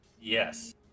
Yes